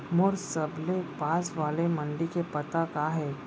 मोर सबले पास वाले मण्डी के पता का हे?